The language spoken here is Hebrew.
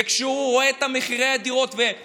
וכשהוא רואה את מחירי הדירות, אם